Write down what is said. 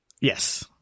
Yes